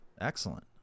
Excellent